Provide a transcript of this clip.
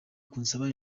kunsaba